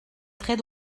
très